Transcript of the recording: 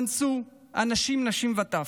ואנסו אנשים, נשים וטף.